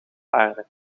aarde